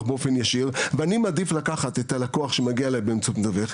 באופן ישיר ואני מעדיף לקחת את הלקוח שמגיע אלי באמצעות מתווך,